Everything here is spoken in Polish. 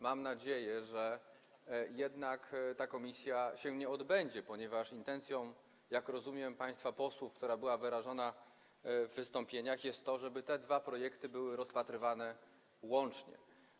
Mam nadzieję, że jednak to posiedzenie komisji się nie odbędzie, ponieważ intencją, jak rozumiem, państwa posłów, która została wyrażona w wystąpieniach, jest to, żeby te dwa projekty były rozpatrywane łącznie.